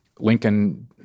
Lincoln